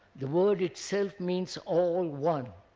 the word itself means all one.